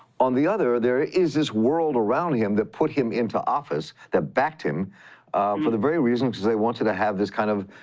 on the other, there is this world around him that put him into office, that backed him for the very reason because they wanted to have this, kind of,